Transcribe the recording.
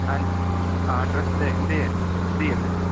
अन् address दीयते